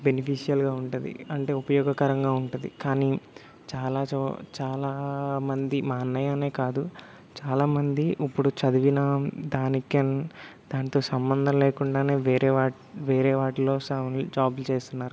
బెనిఫీషియల్గా ఉంటుంది అంటే ఉపయోగకరంగా ఉంటుంది కానీ చాలా చో చాలా మంది మా అన్నయ్య అనే కాదు చాలామంది ఉప్పుడు చదివిన దానికెన్ దానితో సంబంధం లేకుండానే వేరే వాట్ వేరే వాటిలో సెవన్ల్ జాబ్లు చేస్తున్నారు